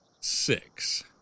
Six